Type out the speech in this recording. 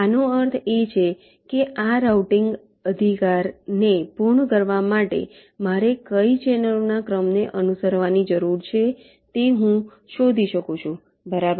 આનો અર્થ એ છે કે આ રાઉટિંગ અધિકારને પૂર્ણ કરવા માટે મારે કઈ ચેનલોના ક્રમને અનુસરવાની જરૂર છે તે હું શોધી શકું છુંબરાબર